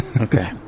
Okay